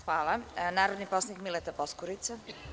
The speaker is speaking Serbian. Reč ima narodni poslanik Mileta Poskurica.